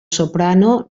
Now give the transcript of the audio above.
soprano